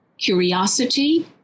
Curiosity